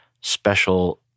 special